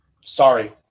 Sorry